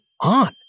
on